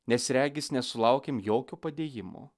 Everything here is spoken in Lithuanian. nes regis nesulaukėm jokio padėjimo